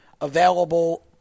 available